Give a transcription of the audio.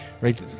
right